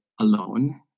alone